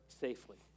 safely